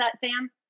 Sam